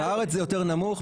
בארץ זה יותר נמוך,